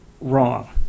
wrong